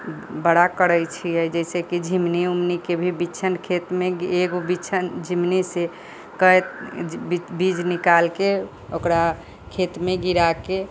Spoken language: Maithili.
बड़ा करै छियै जैसे की झिंगुनी उँगनी के भी बीछन खेत मे एगो बीछन झिंगुनी से कए बीज निकाल के ओकरा खेत मे गिरा के